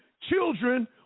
children